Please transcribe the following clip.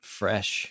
fresh